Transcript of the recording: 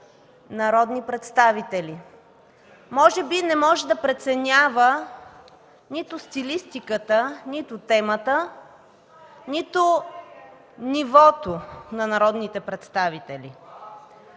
народни представители. Може би не може да преценява нито стилистиката, нито темата, нито нивото на народните представители.